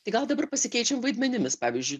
tai gal dabar pasikeičiam vaidmenimis pavyzdžiui